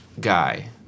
guy